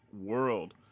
world